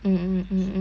mm